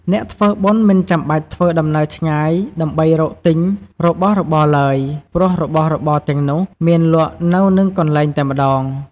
អ្នកធ្វើបុណ្យមិនចាំបាច់ធ្វើដំណើរឆ្ងាយដើម្បីរកទិញរបស់របរឡើយ ព្រោះរបស់របរទាំងនោះមានលក់នៅនឹងកន្លែងតែម្ដង។